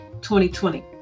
2020